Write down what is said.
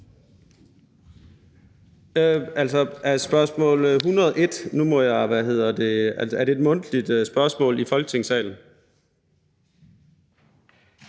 spørgsmål 101 – er det et mundtligt spørgsmål i Folketingssalen?